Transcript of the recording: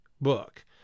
book